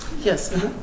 Yes